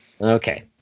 Okay